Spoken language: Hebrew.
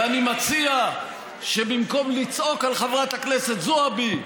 ואני מציע שבמקום לצעוק על חברת הכנסת זועבי,